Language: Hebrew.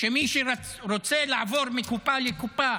שמי שרוצה לעבור מקופה לקופה